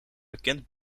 bekend